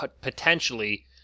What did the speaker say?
potentially